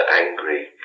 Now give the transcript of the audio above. angry